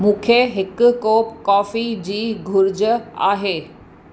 मूंखे हिकु cup coffee जी घुर्ज आहे